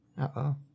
Uh-oh